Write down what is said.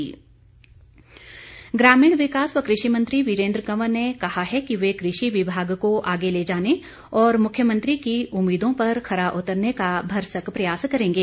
वीरेन्द्र कंवर ग्रामीण विकास व कृषि मंत्री वीरेंद्र कंवर ने कहा है कि कृषि विभाग को आगे ले जाने और मुख्यमंत्री की उम्मीदों पर खरा उतरने का भरसक प्रयास करेंगे